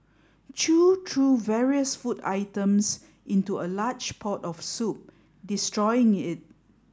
chew threw various food items into a large pot of soup destroying it